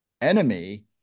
enemy